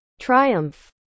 triumph